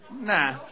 Nah